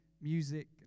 music